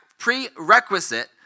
prerequisite